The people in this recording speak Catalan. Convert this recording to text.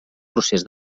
procés